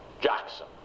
Jackson